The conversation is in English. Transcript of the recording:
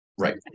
Right